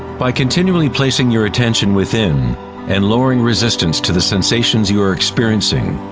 by continually placing your attention within and lowering resistance to the sensations you are experiencing,